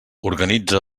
organitza